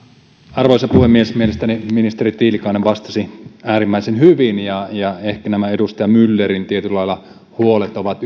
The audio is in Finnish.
arvoisa puhemies mielestäni ministeri tiilikainen vastasi äärimmäisen hyvin ja ja ehkä nämä edustaja myllerin huolet ovat